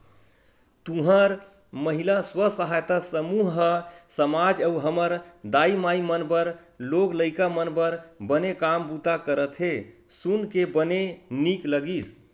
तुंहर महिला स्व सहायता समूह ह समाज अउ हमर दाई माई मन बर लोग लइका मन बर बने काम बूता करत हे सुन के बने नीक लगिस